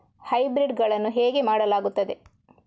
Hybrid ಗಳನ್ನು ಹೇಗೆ ಮಾಡಲಾಗುತ್ತದೆ?